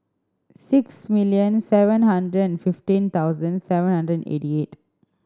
six million seven hundred and fifteen thousand seven hundred eighty eight